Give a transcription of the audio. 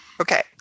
Okay